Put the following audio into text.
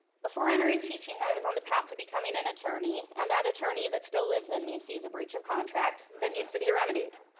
before entering teaching, i was on the path to becoming an attorney and that attorney that still lives in me sees a breach of contract that needs to be remedied.